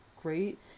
great